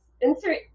insert